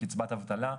קצבת אבטלה,